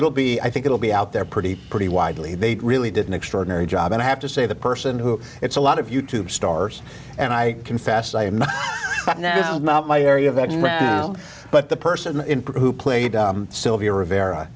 it'll be i think it'll be out there pretty pretty widely they really did an extraordinary job and i have to say the person who it's a lot of you tube stars and i confess i am not now not my area of action but the person who played sylvia rivera